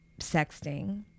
sexting